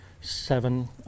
seven